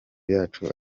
yacu